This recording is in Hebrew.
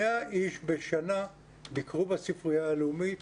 100 איש בשנה ביקרו בספרייה הלאומית,